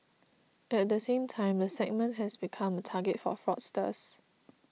at the same time the segment has become a target for fraudsters